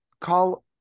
call